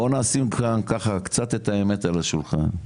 בואו נשים את האמת על השולחן.